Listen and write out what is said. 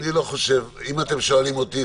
אם אתם שואלים אותי,